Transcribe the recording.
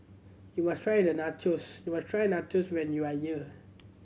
you must try the Nachos you must try Nachos when you are year